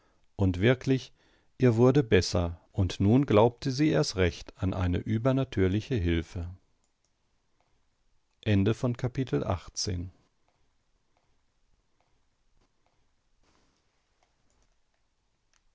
und wirklich ihr wurde besser und nun glaubte sie erst recht an eine übernatürliche hilfe